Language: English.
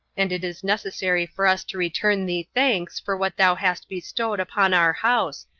and it is necessary for us to return thee thanks for what thou hast bestowed upon our house,